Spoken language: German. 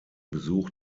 besuch